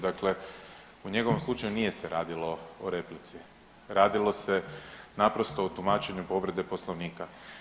Dakle, u njegovom slučaju nije se radilo o replici, radilo se naprosto o tumačenju povrede poslovnika.